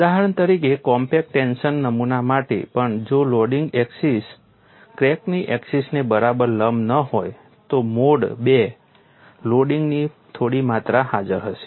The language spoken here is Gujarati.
ઉદાહરણ તરીકે કોમ્પેક્ટ ટેન્શન નમૂના માટે પણ જો લોડિંગ એક્સિસ ક્રેકની એક્સિસને બરાબર લંબ ન હોય તો મોડ II લોડિંગની થોડી માત્રા હાજર હશે